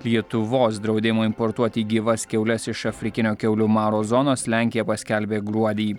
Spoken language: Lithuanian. lietuvos draudimo importuoti gyvas kiaules iš afrikinio kiaulių maro zonos lenkija paskelbė gruodį